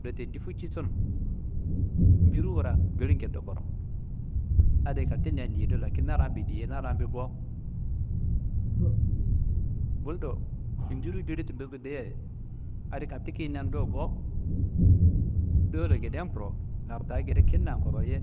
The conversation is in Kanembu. Do tendi ficci tunu, mbiru wura jiligendo koro, adiye katindea diye do lakin na lan diye na lanbe bo, bundom biru jili tullo guleyadi adi kati kendan do bo, dowula geden koro, lardaá gede kintan koroye